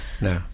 No